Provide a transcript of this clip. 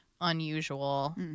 unusual